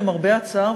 למרבה הצער,